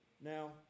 Now